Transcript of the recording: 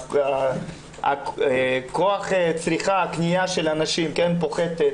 כוח הצריכה של אנשים פוחת,